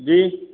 जी